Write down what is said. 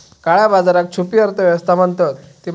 काळया बाजाराक छुपी अर्थ व्यवस्था म्हणतत